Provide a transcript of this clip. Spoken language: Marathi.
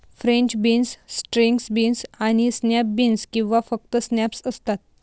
फ्रेंच बीन्स, स्ट्रिंग बीन्स आणि स्नॅप बीन्स किंवा फक्त स्नॅप्स असतात